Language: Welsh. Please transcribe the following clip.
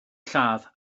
lladd